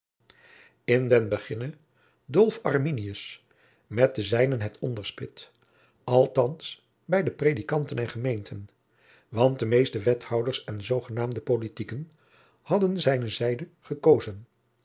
in den beginne dolf arminius met de zijnen het onderspit althands bij de predikanten en gemeenten want de meeste wethouders en zoogenaamde politieken hadden zijne zijde gekozen